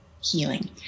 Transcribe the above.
healing